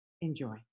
enjoy